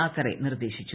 താക്കറെ നിർദ്ദേശിച്ചു